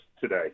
today